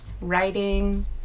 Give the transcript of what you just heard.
writing